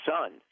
son